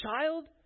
child